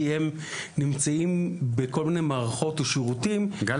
כי הם בכלל נמצאים בכל מיני מערכות ושירותים --- גל,